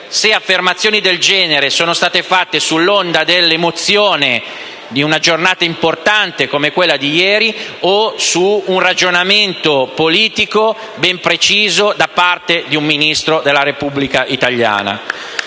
se affermazioni del genere sono stato fatte sull'onda dell'emozione di una giornata importante, come quella di ieri, o sulla base di un ragionamento politico ben preciso, da parte di un Ministro della Repubblica italiana.